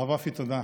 הרב רפי, תודה.